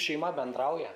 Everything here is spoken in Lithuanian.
šeima bendrauja